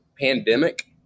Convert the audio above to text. pandemic